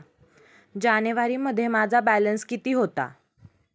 जानेवारीमध्ये माझा बॅलन्स किती होता?